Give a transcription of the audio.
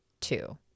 two